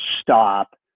stop